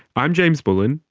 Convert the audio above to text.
i'm james bullen,